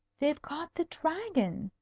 they've caught the dragon.